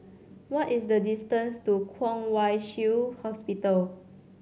what is the distance to Kwong Wai Shiu Hospital